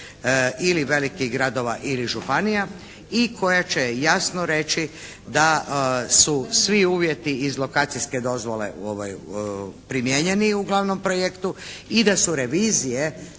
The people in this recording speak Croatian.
ili velikih gradova ili županija i koja će jasno reći da su svi uvjeti iz lokacijske dozvole primijenjeni u glavnom projektu i da su revizije